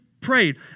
prayed